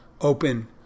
Open